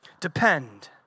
depend